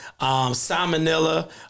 salmonella